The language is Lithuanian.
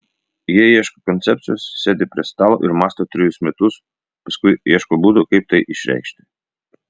jie ieško koncepcijos sėdi prie stalo ir mąsto trejus metus paskui ieško būdo kaip tai išreikšti